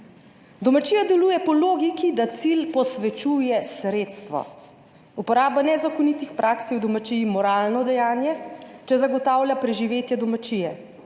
Domačija deluje po logiki, da cilj posvečuje sredstvo. Uporaba nezakonitih praks je v domačiji moralno dejanje, če zagotavlja preživetje domačije.